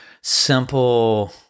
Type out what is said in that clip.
simple